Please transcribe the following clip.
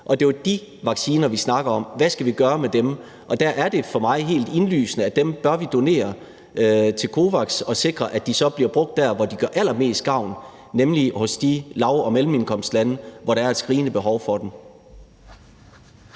Og det er jo de vacciner, vi snakker om – hvad skal vi gøre med dem? Og der er det for mig helt indlysende, at dem bør vi donere til COVAX og sikre, at de så bliver brugt der, hvor de gør allermest gavn, nemlig i de lav- og mellemindkomstlande, hvor der er et skrigende behov for dem.